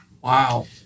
Wow